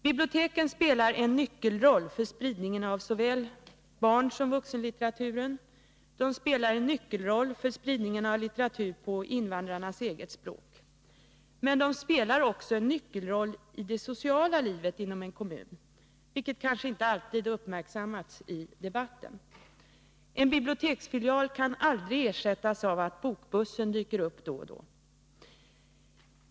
Biblioteken spelar en nyckelroll för spridningen av såväl barnsom vuxenlitteratur, de spelar en nyckelroll för spridningen av litteratur på invandrarnas eget språk. Men de spelar också en nyckelroll i det sociala livet inom en kommun, vilket kanske inte alltid uppmärksammats i debatten. En biblioteksfilial kan aldrig ersättas av att bokbussen dyker upp då och då.